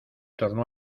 tornó